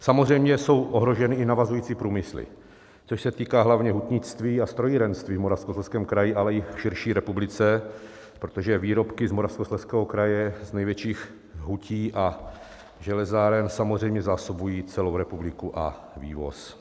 Samozřejmě jsou ohroženy i navazující průmysly, což se týká hlavně hutnictví a strojírenství v Moravskoslezském kraji, ale i širší republice, protože výrobky z Moravskoslezského kraje, z největších hutí a železáren, samozřejmě zásobují celou republiku a vývoz.